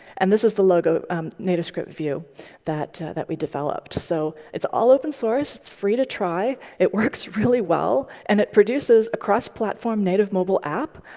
and this is the logo nativescript-vue that that we developed. so it's all open source. it's free to try. it works really well, and it produces a cross-platform native mobile app,